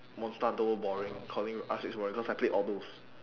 monster hunter world boring calling R six boring cause I played all those